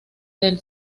del